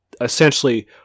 essentially